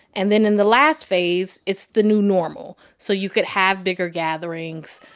and then in the last phase, it's the new normal. so you could have bigger gatherings,